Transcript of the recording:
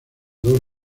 dos